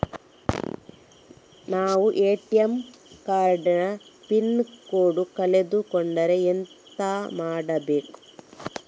ನಾವು ATM card ನ pin code ಕಳೆದು ಕೊಂಡ್ರೆ ಎಂತ ಮಾಡ್ಬೇಕು?